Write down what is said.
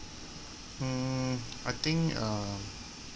hmm I think uh